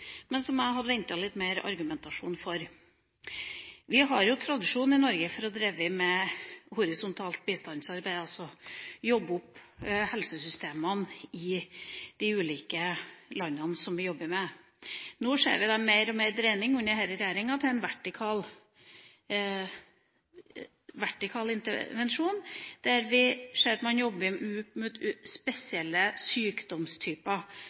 men jeg hadde ventet meg litt mer argumentasjon for den. Vi har tradisjon i Norge for å drive med horisontalt bistandsarbeid – jobbe opp helsesystemene i de ulike landene som vi jobber med. Under denne regjeringa ser vi mer og mer en dreining til vertikal intervensjon, der vi